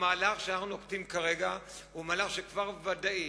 המהלך שאנחנו נוקטים כרגע הוא מהלך שכבר ודאי